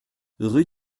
rue